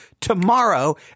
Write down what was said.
tomorrow